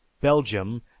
belgium